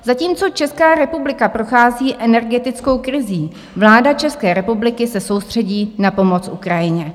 Zatímco Česká republika prochází energetickou krizí, vláda České republiky se soustředí na pomoc Ukrajině.